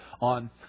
on